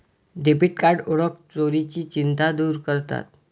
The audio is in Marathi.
डेबिट कार्ड ओळख चोरीची चिंता दूर करतात